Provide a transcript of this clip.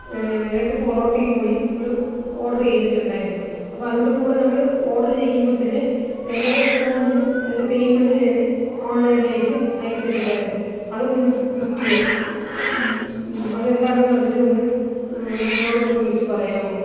രണ്ട് പൊറോട്ടയും കൂടി നമ്മൾ ഓർഡർ ചെയ്തിട്ടുണ്ടായിരുന്നു അപ്പോൾ അതിൻ്റെ കൂടെ നമ്മൾ ഓർഡർ ചെയ്യുമ്പോൾ തന്നെ എൻ്റെ ഫോണിൽനിന്ന് അതിൻ്റെ പേയ്മെൻറ്റും ഞാൻ ഓൺലൈൻ ആയിട്ട് അയച്ചിട്ടുണ്ടായിരുന്നു അത് നിങ്ങൾക്ക് കിട്ടിയോ അതെന്താണെന്ന് പറഞ്ഞിട്ട് ഒന്ന് നമ്മളോട് ഒന്ന് വിളിച്ച് പറയാമോ